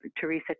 Teresa